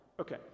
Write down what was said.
Okay